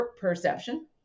perception